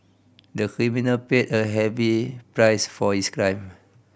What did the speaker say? the criminal paid a heavy price for his crime